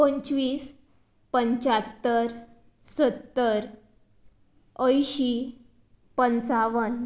पंचवीस पंच्यात्तर सत्तर अंयशीं पंचावन